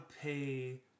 pay